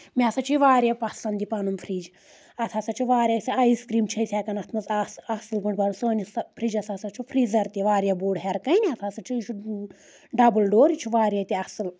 مےٚ ہَسا چھِ یہِ واریاہ پَسنٛد یہِ پَنُن فرج اَتھ ہسا چھِ واریاہ سۄ آیِس کریٖم چھِ أسۍ ہؠکان اَتھ منٛز آسہٕ اَصٕل پٲٹھۍ بَنُن سٲنِس فرجَس ہسا چھُ فریٖزَر تہِ واریاہ بوٚڑ ہیرکن اَتھ ہسا چھُ یہِ چھُ ڈبٕل ڈور یہِ چھُ واریاہ تہِ اَصٕل